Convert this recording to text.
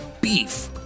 beef